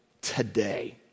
today